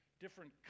different